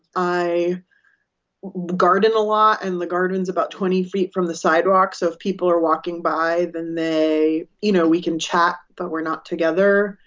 i garden a lot. and the garden's about twenty feet from the sidewalk. so if people are walking by, then they you know, we can chat. but we're not together.